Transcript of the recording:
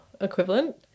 equivalent